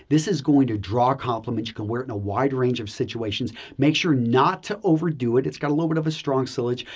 this is going to draw compliments. you can wear it in a wide range of situations. make sure not to overdo it, it's got a little bit of a strong sillage,